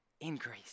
increase